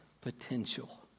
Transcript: potential